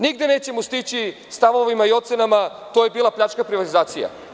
Nigde nećemo stići sa stavovima i ocenama – to je bila pljačka, privatizacija.